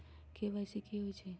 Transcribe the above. KYC कि होई छई?